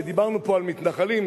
כשדיברנו פה על מתנחלים,